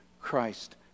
Christ